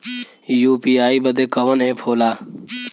UPI बदे कवन app होला?